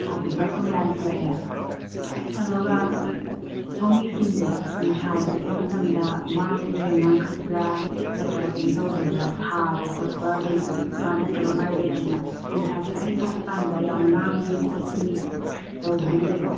ꯑꯣ ꯄꯤꯝꯄꯜꯁ ꯀꯨꯝꯕ ꯌꯥꯝ ꯊꯣꯛꯑꯦ ꯑꯗꯨꯒ ꯁꯣꯝꯒꯤ ꯏꯁꯀꯤꯟꯁꯦ ꯅꯨꯡꯁꯥꯗ ꯆꯠꯄ ꯃꯇꯝꯗ ꯃꯥꯏꯁꯦ ꯉꯥꯡꯈꯠꯄ꯭ꯔꯥ ꯅꯠꯇ꯭ꯔꯒ ꯀꯔꯤꯝ ꯇꯗꯕ꯭ꯔꯥ ꯍꯥꯕ ꯈꯣꯠꯄ ꯂꯩꯕ꯭ꯔꯥ ꯅꯠꯇ꯭ꯔꯒ ꯃꯥꯏꯗꯣ ꯌꯥꯝꯅ ꯅꯨꯡꯁꯥ ꯈꯤꯇꯪ ꯍꯦꯛ ꯊꯣꯛꯄ ꯀꯥꯟꯗ ꯌꯥꯝ ꯉꯥꯡꯕꯤ ꯈꯣꯠꯄꯤ ꯇꯧꯕꯗꯨ ꯂꯩꯕ꯭ꯔꯥ